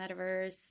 metaverse